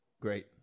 Great